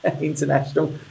international